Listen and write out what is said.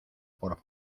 por